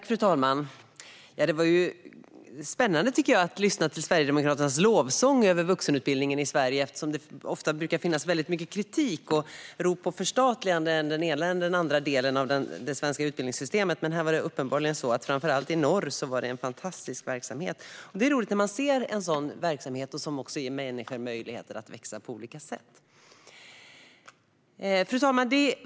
Fru talman! Det var spännande att lyssna till Sverigedemokraternas lovsång över vuxenutbildningen i Sverige. Det brukar ofta finnas mycket kritik och rop på förstatligande av än den ena och än den andra delen av det svenska utbildningssystemet. Men uppenbarligen är det framför allt i norr en fantastisk verksamhet. Det är roligt när man ser en sådan verksamhet som också ger människor möjlighet att växa på olika sätt. Fru talman!